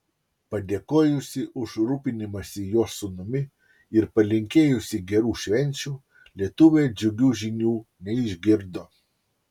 padėkojusi už rūpinimąsi jos sūnumi ir palinkėjusi gerų švenčių lietuvė džiugių žinių neišgirdo